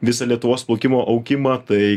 visą lietuvos plaukimo augimą tai